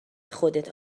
خودت